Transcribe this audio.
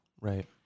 Right